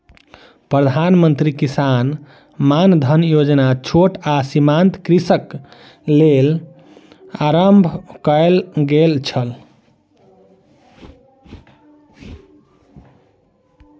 प्रधान मंत्री किसान मानधन योजना छोट आ सीमांत कृषकक लेल आरम्भ कयल गेल छल